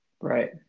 right